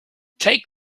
take